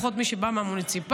לפחות מי שבאו מהמוניציפלי,